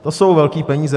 To jsou velký peníze.